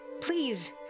Please